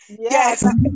Yes